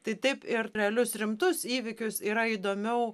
tai taip ir realius rimtus įvykius yra įdomiau